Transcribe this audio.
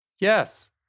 Yes